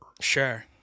Sure